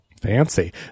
Fancy